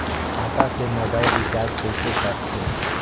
खाता से mobile recharge कइसे करथे